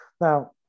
Now